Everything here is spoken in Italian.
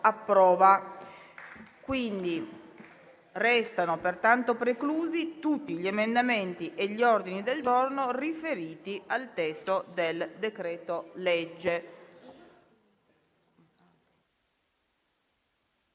Risultano pertanto preclusi tutti gli emendamenti e gli ordini del giorno riferiti al testo del decreto-legge